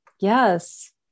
yes